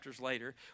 later